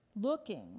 looking